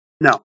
No